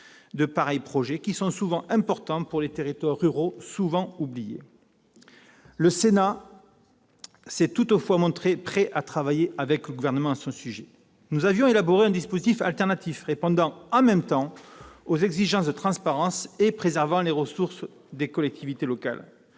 de tels projets, importants pour des territoires ruraux souvent oubliés. Le Sénat s'est toutefois montré prêt à travailler avec le Gouvernement. Nous avions élaboré un dispositif alternatif répondant aux exigences de transparence et préservant, en même temps, les ressources des collectivités locales.